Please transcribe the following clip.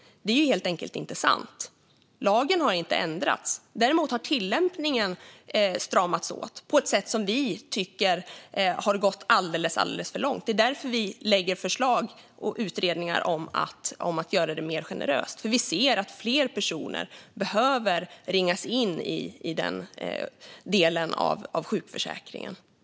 Det är helt enkelt inte sant. Lagen har inte ändrats. Däremot har tillämpningen stramats åt på ett sätt som vi tycker har gått alldeles för långt. Det är därför vi lägger fram förslag och utredningar om att göra det mer generöst. Vi ser nämligen att fler personer behöver ringas in i den delen av sjukförsäkringen.